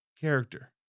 character